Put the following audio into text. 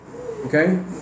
okay